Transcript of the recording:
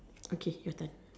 okay your turn